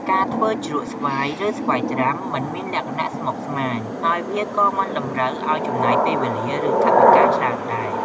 ការធ្វើជ្រក់ស្វាយ ឬស្វាយត្រាំមិនមានលក្ខណៈស្មុគស្មាញ ហើយវាក៏មិនតម្រូវឱ្យចំណាយពេលវេលា ឬ ថវិកាច្រើនដែរ។